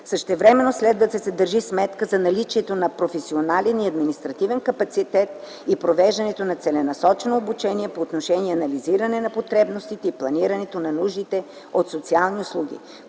Същевременно следва да се държи сметка за наличието на професионален и административен капацитет и провеждането на целенасочено обучение по отношение анализиране на потребностите и планирането на нуждите от социални услуги.